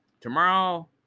Tomorrow